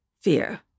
Fear